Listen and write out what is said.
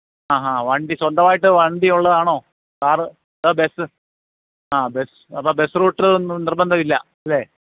ആഹ് ആഹ് വണ്ടി സ്വന്തമായിട്ട് വണ്ടിയുള്ളതാണോ കാറ് അതോ ബസ് ആഹ് ബസ് അപ്പം ബസ് റൂട്ട് ഒന്നും നിര്ബന്ധം ഇല്ലല്ലേ